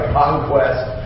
conquest